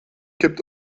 kippt